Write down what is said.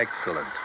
Excellent